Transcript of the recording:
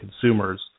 consumers